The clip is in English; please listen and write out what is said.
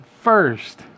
first